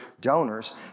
donors